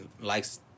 likes